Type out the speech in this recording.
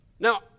Now